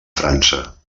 frança